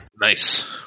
Nice